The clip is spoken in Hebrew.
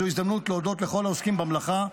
זו הזדמנות להודות לכל העוסקים במלאכה,